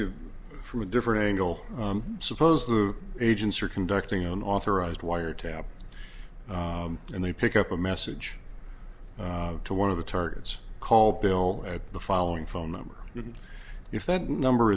you from a different angle suppose the agents are conducting an authorized wiretap and they pick up a message to one of the targets call bill the following phone number if that number